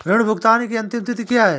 ऋण भुगतान की अंतिम तिथि क्या है?